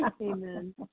Amen